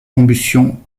combustion